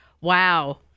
Wow